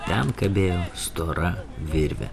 ten kabėjo stora virvė